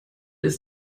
ist